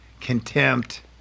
contempt